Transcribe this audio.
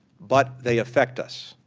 but they affect us.